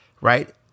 right